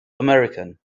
american